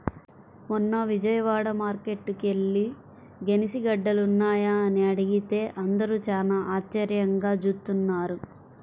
మొన్న విజయవాడ మార్కేట్టుకి యెల్లి గెనిసిగెడ్డలున్నాయా అని అడిగితే అందరూ చానా ఆశ్చర్యంగా జూత్తన్నారు